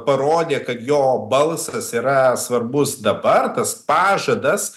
parodė kad jo balsas yra svarbus dabar tas pažadas